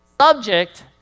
subject